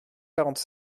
quarante